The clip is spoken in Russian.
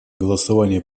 голосование